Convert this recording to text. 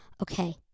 Okay